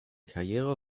karriere